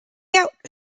out